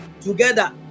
together